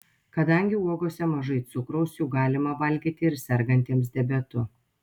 kadangi uogose mažai cukraus jų galima valgyti ir sergantiems diabetu